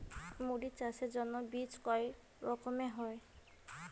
মরিচ চাষের জন্য বীজ কয় রকমের হয়?